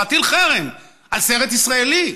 להטיל חרם על סרט ישראלי.